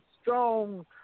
strong